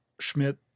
Schmidt